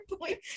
point